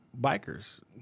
Bikers